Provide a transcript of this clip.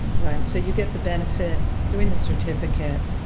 right, so you get the benefit, doing the certificate,